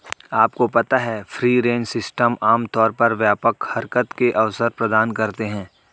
आपको पता है फ्री रेंज सिस्टम आमतौर पर व्यापक हरकत के अवसर प्रदान करते हैं?